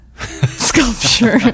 sculpture